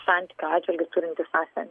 santykių atžvilgiu turintys asmenys